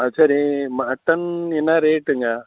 அதுசரி mutton என்ன ரேட்டுங்க